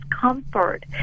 comfort